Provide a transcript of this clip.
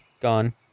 Gone